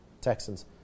Texans